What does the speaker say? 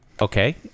okay